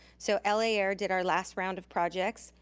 so l a. air did our last round of projects.